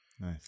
Nice